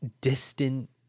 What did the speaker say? distant